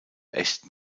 echten